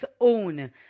own